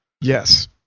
Yes